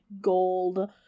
gold